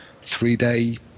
three-day